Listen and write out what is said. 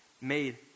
made